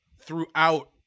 throughout